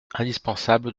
indispensable